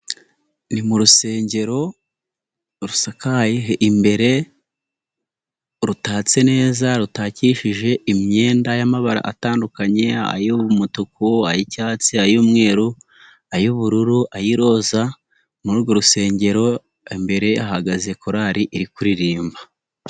Ni mu rusengero rusakaye imbere, rutatse neza rutakishije imyenda y'amabara atandukanye ay'umutuku, ay'icyatsi, ay'umweru, ay'ubururu, ay'iroza, muri urwo rusengero imbere hahagaze korari iri kuririmba.